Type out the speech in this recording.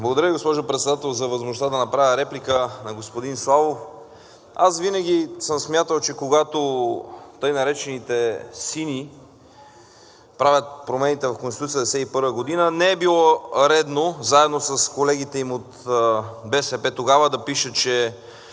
Благодаря Ви, госпожо Председател, за възможността да направя реплика на господин Славов. Аз винаги съм смятал, че когато тъй наречените сини правят промените в Конституцията 1991 г., не е било редно заедно с колегите им от БСП тогава да пишат, че